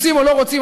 רוצים או לא רוצים,